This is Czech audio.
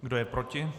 Kdo je proti?